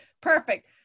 perfect